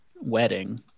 wedding